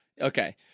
Okay